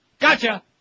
Gotcha